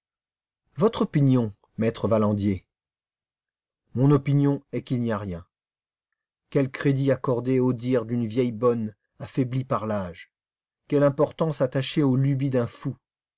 votre opinion maître valandier mon opinion est qu'il n'y a rien quel crédit accorder aux dires d'une vieille bonne affaiblie par l'âge quelle importance attacher aux lubies d'un fou